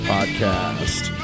Podcast